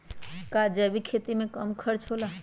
का जैविक खेती में कम खर्च होला?